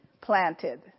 planted